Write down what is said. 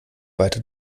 weiter